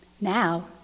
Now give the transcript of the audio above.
Now